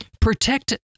Protect